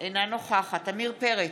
אינה נוכחת עמיר פרץ,